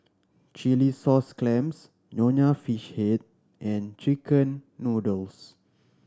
chilli sauce clams Nonya Fish Head and chicken noodles